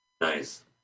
Nice